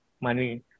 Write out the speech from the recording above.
money